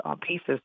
pieces